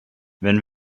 wenn